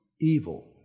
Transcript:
evil